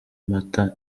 mata